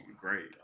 great